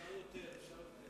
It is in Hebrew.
אפשר יותר.